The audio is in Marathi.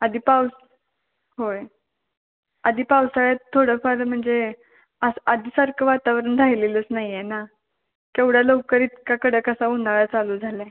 आधी पाऊस होय आधी पावसाळ्यात थोडं फार म्हणजे असं आधीसारखं वातावरण राहिलेलंच नाही आहे ना केवढ्या लवकर इतका कडाक्याचा ऊन्हाळा चालू झाला आहे